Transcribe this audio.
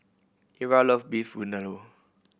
Ira love Beef Vindaloo